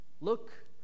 Look